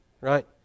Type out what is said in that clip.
right